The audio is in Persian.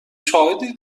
شاهدی